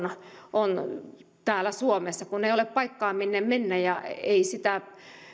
on täällä suomessa kun kun ei ole paikkaa minne mennä eikä sitä